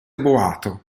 boato